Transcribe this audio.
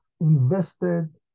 Invested